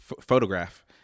photograph